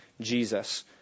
Jesus